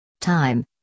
Time